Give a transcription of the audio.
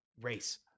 race